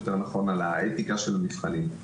יותר נכון על האתיקה של המבחנים.